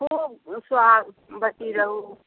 खुब सोहागवती रहू